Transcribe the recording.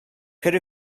could